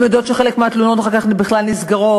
הן יודעות שחלק מהתלונות אחר כך בכלל נסגרות.